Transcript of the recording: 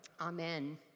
Amen